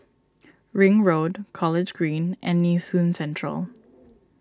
Ring Road College Green and Nee Soon Central